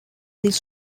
this